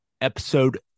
episode